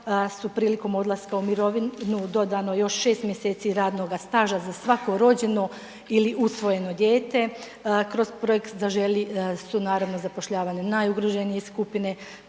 su prilikom odlasku u mirovinu dodano još 6 mjeseci radnoga staža za svako rođeno ili usvojeno dijete, kroz projekt Zaželi su naravno, zapošljavane najugroženije skupine,